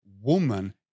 woman